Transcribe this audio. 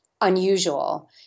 unusual